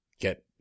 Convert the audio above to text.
get